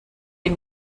die